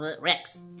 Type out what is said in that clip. Rex